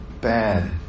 bad